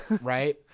Right